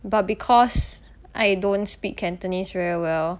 but because I don't speak cantonese very well